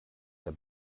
der